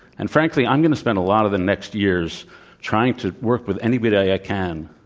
and, frankly, i'm going to spend a lot of the next years trying to work with anybody i can